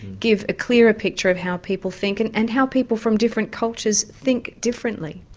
give a clearer picture of how people think and and how people from different cultures think differently?